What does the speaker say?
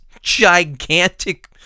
gigantic